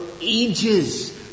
ages